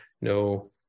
no